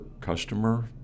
customer